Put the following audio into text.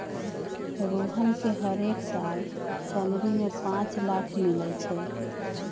रोहन के हरेक साल सैलरी में पाच लाख मिलई छई